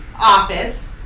office